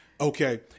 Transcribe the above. Okay